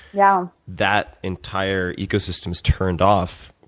yeah that entire ecosystem's turned off,